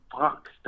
fuck